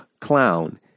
clown